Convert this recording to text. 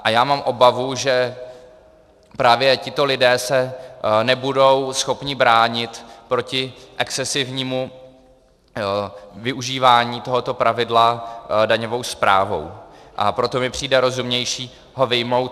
A já mám obavu, že právě tito lidé se nebudou schopni bránit proti excesivnímu využívání tohoto pravidla daňovou správou, a proto mi přijde rozumnější ho vyjmout.